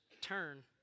turn